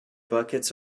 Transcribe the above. buckets